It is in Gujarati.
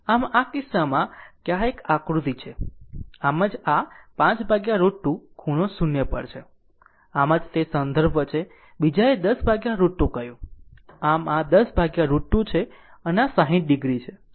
આમ આ કિસ્સામાં કે આ એક આ આકૃતિ છે આમ જ તે આ 5√ 2 ખૂણો 0 પર છે આમ જ તે સંદર્ભ છે બીજાએ 10 √ 2 કહ્યું આ એક આ 10 √ 2 છે અને આ 60 o છે